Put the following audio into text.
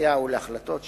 לחוקיה ולהחלטות שיפוטיות,